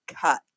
cut